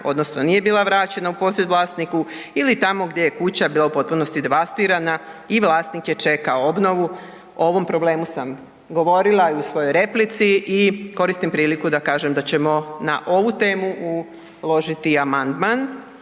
odnosno nije bila vraćena u posjed vlasniku ili tamo gdje je kuća bila u potpunosti devastirana i vlasnik je čekao obnovu. O ovom problemu sam govorila i u svojoj replici i koristim priliku da kažem da ćemo na ovu temu uložiti amandman.